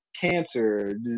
cancer